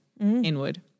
Inward